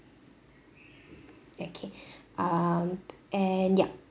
okay um and yup